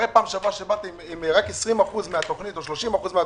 הרי בפעם שעברה כשבאתם עם רק 20% או 30% מן